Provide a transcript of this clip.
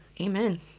Amen